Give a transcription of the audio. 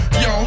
yo